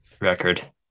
record